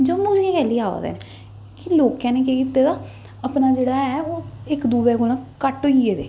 जम्मू च गै कैह्ल्ली आवा दे न कि लोकें ने केह् कीता दा अपना जेह्ड़ा ऐ ओह् इक दुए कोला कट होई गेदे